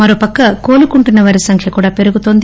మరో పక్క కోలుకుంటున్న వారి సంఖ్య కూడా పెరుగుతోంది